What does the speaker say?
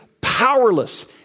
powerless